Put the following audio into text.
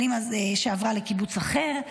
שעברה לקיבוץ אחר.